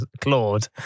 Claude